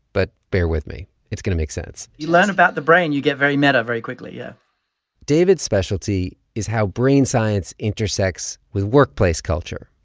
but bear with me. it's going to make sense you learn about the brain, you get very meta very quickly. yeah david's specialty is how brain science intersects with workplace culture.